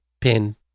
Pin